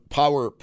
power